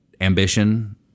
ambition